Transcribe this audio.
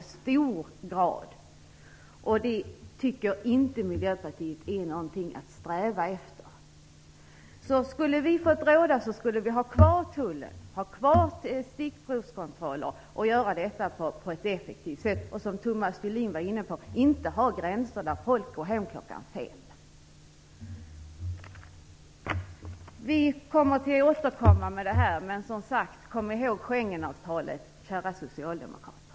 Detta tycker Miljöpartiet inte är något att sträva efter. Skulle vi ha fått råda, skulle man ha behållit stickprovskontrollerna och genomfört dem på ett effektivt sätt. Som Thomas Julin var inne på skall man inte ha en gränskontroll där folk går hem kl. 5. Vi återkommer om det här, men kom ihåg Schengenavtalet, kära socialdemokrater.